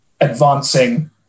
advancing